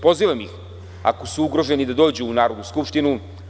Pozivam ih ako su ugroženi da dođu u Narodnu skupštinu.